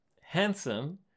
handsome